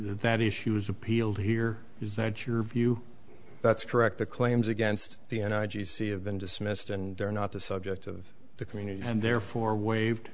that issues appealed here is that your view that's correct the claims against the n i g c have been dismissed and they're not the subject of the community and therefore waived